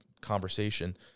conversation